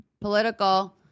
political